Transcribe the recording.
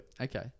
Okay